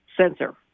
sensor